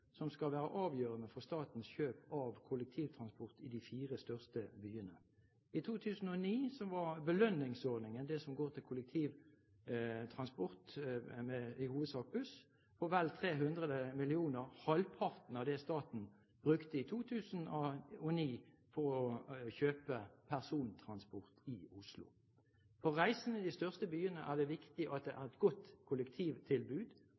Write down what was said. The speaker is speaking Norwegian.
som skal være avgjørende for statens kjøp av kollektivtransport i de fire største byene? I 2009 var belønningsordningen, det som går til kollektivtransport, i hovedsak buss, på vel 300 mill. kr. – halvparten av det staten brukte i 2009 på å kjøpe persontransport i Oslo. For reisende i de største byene er det viktig at det er et godt kollektivtilbud.